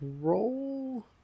Roll